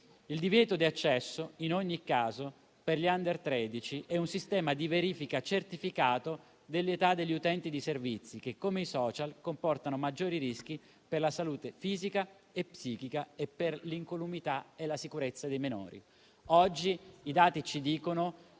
il divieto di accesso in ogni caso per gli *under* 13 e un sistema di verifica certificato dell'età degli utenti di servizi, che - come i *social* - comportano maggiori rischi per la salute fisica e psichica e per l'incolumità e la sicurezza dei minori. Oggi i dati ci dicono